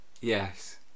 Yes